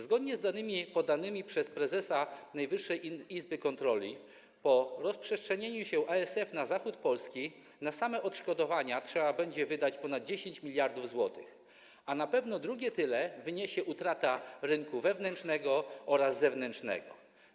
Zgodnie z danymi podanymi przez prezesa Najwyższej Izby Kontroli po rozprzestrzenieniu się ASF na zachód Polski na same odszkodowania trzeba będzie wydać ponad 10 mld zł, a na pewno drugie tyle wyniosą koszty utraty rynku wewnętrznego oraz zewnętrznego.